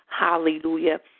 Hallelujah